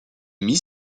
mis